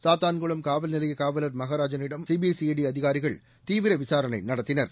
சாத்தான்குளம் காவல்நிலைய காவலர் மகாராஜனிடமும் சிபிசிஐடி அதிகாரிகள் தீவிர விசாரணை நடத்தினர்